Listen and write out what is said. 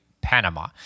Panama